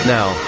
Now